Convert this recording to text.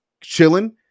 chilling